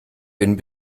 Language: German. bin